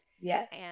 Yes